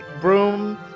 broom